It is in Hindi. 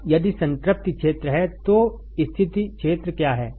अब यदि संतृप्ति क्षेत्र है तो स्थिति क्षेत्र क्या है